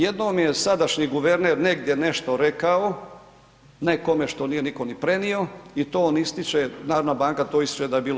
Jednom je sadašnji guverner negdje nešto rekao nekome što niko nije ni prenio i to on ističe, Narodna banka to ističe da je bilo